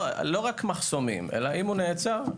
לא רק מחסומים אלא אם נעצר,